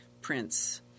prince